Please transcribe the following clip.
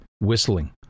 whistling